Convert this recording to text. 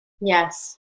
Yes